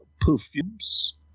perfumes